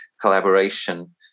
collaboration